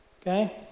okay